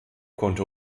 konnte